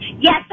Yes